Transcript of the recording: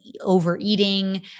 overeating